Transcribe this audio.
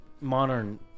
modern